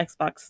Xbox